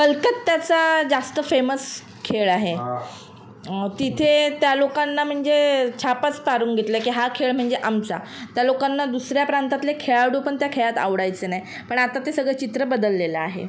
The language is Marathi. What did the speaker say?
कलकत्याचा जास्त फेमस खेळ आहे तिथे त्या लोकांना म्हणजे छापच मारून घेतलंय की हा खेळ म्हणजे आमचा त्या लोकांना दुसऱ्या प्रांतातले खेळाडू पन त्या खेळात आवडायचे नाई पण आता ते सगळं चित्र बदललेलं आहे